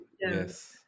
Yes